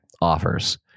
offers